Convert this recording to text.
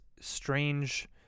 strange